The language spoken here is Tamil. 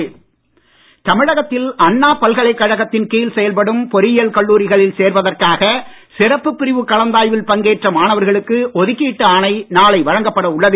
பொறியியல் கலந்தாய்வு தமிழகத்தில் அண்ணா பல்கலைக்கழகத்தின் கீழ் செயல்படும் பொறியியல் கல்லூரிகளில் சேர்வதற்காக சிறப்பு பிரிவு கலந்தாய்வில் பங்கேற்ற மாணவர்களுக்கு ஒதுக்கீட்டு ஆணை நாளை வழங்கப்பட உள்ளது